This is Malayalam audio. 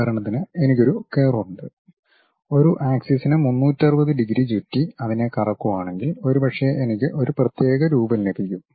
ഉദാഹരണത്തിന് എനിക്ക് ഒരു കർവ് ഉണ്ട് ഒരു ആക്സിസിന് 360 ഡിഗ്രി ചുറ്റി അതിനെ കറക്കുവാണെങ്കിൽ ഒരുപക്ഷേ എനിക്ക് ഒരു പ്രത്യേക രൂപം ലഭിക്കും